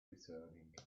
returning